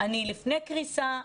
אני לפני קריסה,